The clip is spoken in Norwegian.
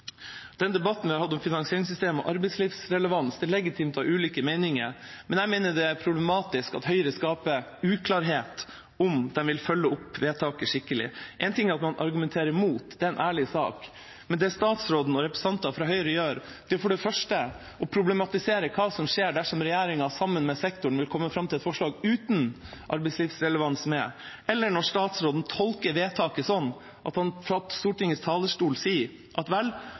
den debatten vi har hatt om finansieringssystemet og arbeidslivsrelevans, er det legitimt å ha ulike meninger, men jeg mener det er problematisk at Høyre skaper uklarhet om de vil følge opp vedtaket skikkelig. Én ting er at man argumenterer imot, det er en ærlig sak. Men det statsråden og representanter fra Høyre gjør, er å problematisere hva som skjer dersom regjeringa sammen med sektoren vil komme fram til et forslag uten at arbeidslivsrelevans er med, og statsråden tolker vedtaket slik at han fra Stortingets talerstol sier at